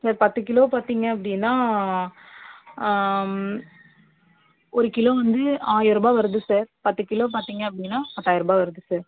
sir பத்து kilo பார்த்திங்க அப்படினா ஒரு கிலோ வந்து ஆயிர் ரூபாய் வருது சார் பத்து கிலோ பார்த்தீங்க அப்படினா பத்தாயர ரூபாய் வருது சார்